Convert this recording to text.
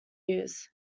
used